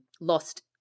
lost